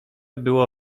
było